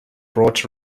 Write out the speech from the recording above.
brought